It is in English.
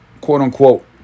quote-unquote